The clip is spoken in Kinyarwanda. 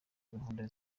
gahunda